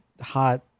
hot